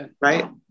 right